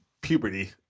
puberty